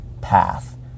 path